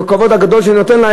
עם הכבוד הגדול שאני נותן לה,